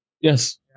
Yes